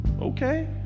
okay